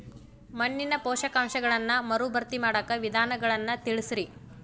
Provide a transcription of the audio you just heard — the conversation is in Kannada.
ಮಣ್ಣಿನ ಪೋಷಕಾಂಶಗಳನ್ನ ಮರುಭರ್ತಿ ಮಾಡಾಕ ವಿಧಾನಗಳನ್ನ ತಿಳಸ್ರಿ